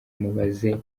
mubaze